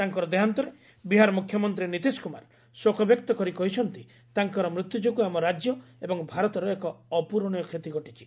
ତାଙ୍କର ଦେହାନ୍ତରେ ବିହାର ମୁଖ୍ୟମନ୍ତ୍ରୀ ନିତିଶ କୁମାର ଶୋକ ବ୍ୟକ୍ତ କରି କହିଛନ୍ତି ତାଙ୍କର ମୃତ୍ୟୁ ଯୋଗୁଁ ଆମ ରାଜ୍ୟ ଏବଂ ଭାରତର ଏକ ଅପ୍ରରଣୀୟ କ୍ଷତି ଘଟିଛି